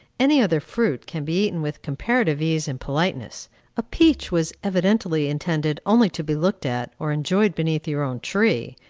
any other fruit can be eaten with comparative ease and politeness a peach was evidently intended only to be looked at, or enjoyed beneath your own tree,